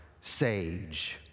sage